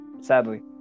Sadly